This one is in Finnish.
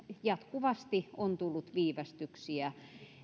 jatkuvasti on tullut viivästyksiä